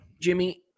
Jimmy